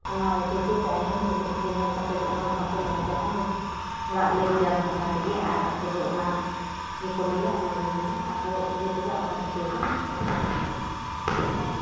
ᱚᱱᱟ ᱞᱩᱛᱩᱨᱛᱮ ᱟᱸᱡᱚᱢ ᱥᱮ ᱢᱮᱫᱛᱮ ᱧᱮᱞ ᱠᱟᱛᱮᱫ ᱫᱚ ᱚᱱᱟᱫᱚ ᱵᱟᱠᱚ ᱢᱮᱱᱟ ᱡᱟᱦᱟᱸᱭ ᱦᱚᱲᱟᱜ ᱞᱟᱹᱭᱪᱟᱞ ᱠᱟᱛᱷᱟ ᱛᱮᱜᱮ ᱟᱨ ᱟᱠᱚᱫᱚ ᱚᱱᱟᱜᱮᱠᱚ ᱞᱟᱭᱟ ᱚᱱᱟᱜᱮ ᱢᱟᱱᱮ ᱟᱵᱚ ᱤᱭᱟᱹ ᱛᱮᱫᱚ ᱟᱸᱫᱷᱟ ᱯᱟᱹᱛᱭᱟᱹᱣ ᱵᱚᱱ ᱢᱮᱛᱟᱜᱟᱜ ᱠᱟᱱᱟ ᱢᱟᱱᱮ